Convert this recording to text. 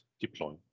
deploy